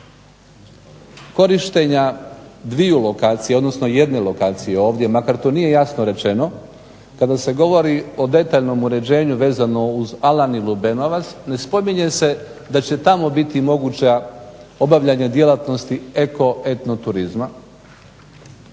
korištenja jedne lokacije makar to nije jasno rečeno, kada se govori o detaljnom uređenju vezano uz Alan i LUbenovac ne spominje se da će tamo biti moguća obavljanje djelatnosti eko-etno turizma